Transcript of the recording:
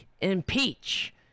impeach